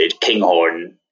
Kinghorn